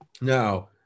now